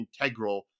integral